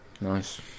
Nice